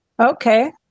Okay